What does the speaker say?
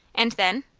and then?